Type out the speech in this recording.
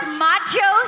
macho